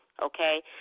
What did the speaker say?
Okay